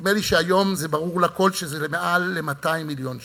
נדמה לי שהיום ברור לכול שזה מעל ל-200 מיליון שקל.